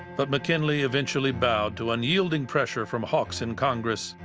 but mckinley eventually bowed to unyielding pressure from hawks in congress,